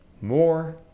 more